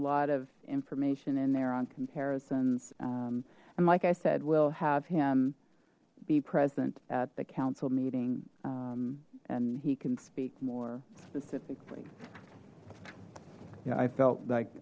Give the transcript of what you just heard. lot of information in there on comparisons and like i said we'll have him be present at the council meeting and he can speak more specifically yeah i felt like